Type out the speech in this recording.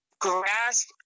grasp